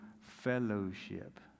fellowship